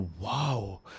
wow